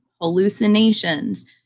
hallucinations